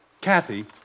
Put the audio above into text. Kathy